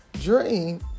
dream